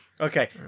Okay